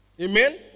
Amen